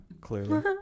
Clearly